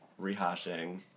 rehashing